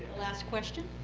last question.